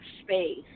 space